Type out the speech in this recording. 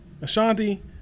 ashanti